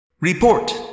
Report